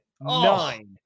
nine